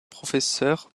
professeurs